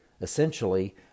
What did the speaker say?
essentially